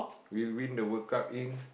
we'll win the World-Cup in